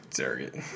Target